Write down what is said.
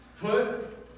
Put